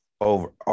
Over